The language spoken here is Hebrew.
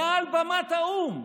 מעל במת האו"ם.